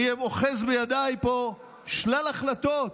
אני אוחז בידיי פה שלל החלטות